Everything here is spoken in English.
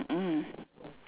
mm mm